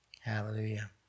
Hallelujah